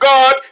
God